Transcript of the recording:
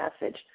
message